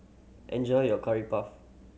enjoy your Curry Puff